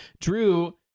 Drew